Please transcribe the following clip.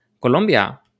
Colombia